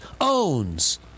owns